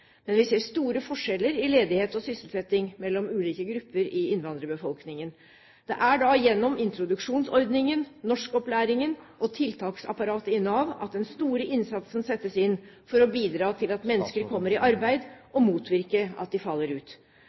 Men vi ser store forskjeller i ledighet og sysselsetting mellom ulike grupper i innvandrerbefolkningen. Det er gjennom introduksjonsordningen, norskopplæringen og tiltaksapparatet i Nav at den store innsatsen settes inn for å bidra til at mennesker kommer i arbeid og motvirke at de faller ut.